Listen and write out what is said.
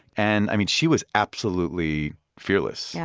and she was absolutely fearless. yeah